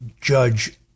Judge